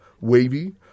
Wavy